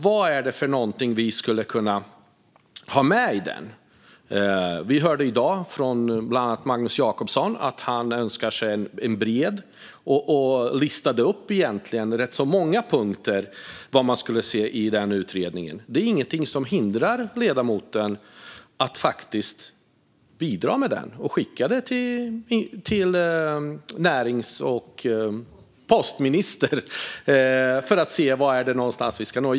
Vad är det vi skulle kunna ha med i utredningen? Vi hörde i dag bland annat att Magnus Jacobsson önskar sig en bred utredning, och han listade egentligen rätt många punkter som han skulle vilja se i den. Det finns ingenting som hindrar ledamoten från att faktiskt bidra med detta och skicka det till närings och postministern.